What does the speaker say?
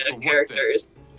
characters